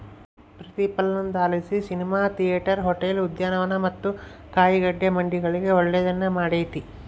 ಪ್ರತಿಫಲನದಲಾಸಿ cinema theatre, hotel, ಉದ್ಯಾನವನ ಮತ್ತೆ ಕಾಯಿಗಡ್ಡೆ ಮಂಡಿಗಳಿಗೆ ಒಳ್ಳೆದ್ನ ಮಾಡೆತೆ